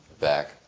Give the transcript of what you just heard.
back